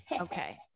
Okay